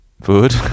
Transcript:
food